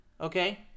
okay